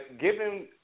given